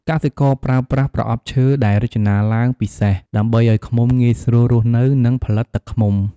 កសិករប្រើប្រាស់ប្រអប់ឈើដែលរចនាឡើងពិសេស ដើម្បីឲ្យឃ្មុំងាយស្រួលរស់នៅ និងផលិតទឹកឃ្មុំ។